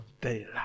daylight